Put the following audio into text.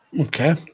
Okay